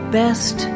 best